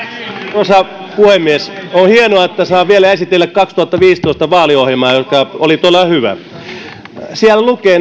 arvoisa puhemies on hienoa että saan vielä esitellä vuoden kaksituhattaviisitoista vaaliohjelmaa joka oli todella hyvä siellä lukee